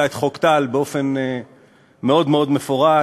את חוק טל באופן מאוד מאוד מפורש,